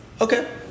Okay